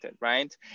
right